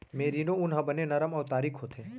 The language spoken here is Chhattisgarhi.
मेरिनो ऊन ह बने नरम अउ तारीक होथे